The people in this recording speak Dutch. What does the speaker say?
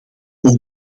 ook